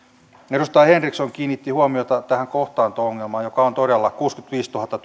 edustaja henriksson kiinnitti huomiota tähän kohtaanto ongelmaan joka on todella kuusikymmentäviisituhatta